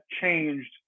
changed